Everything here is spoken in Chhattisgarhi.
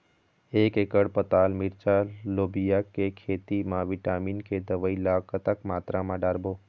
एक एकड़ पताल मिरचा लोबिया के खेत मा विटामिन के दवई ला कतक मात्रा म डारबो?